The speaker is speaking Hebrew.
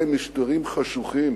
אלה משטרים חשוכים,